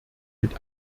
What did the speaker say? mit